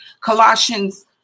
Colossians